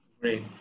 Great